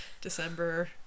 December